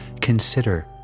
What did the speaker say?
Consider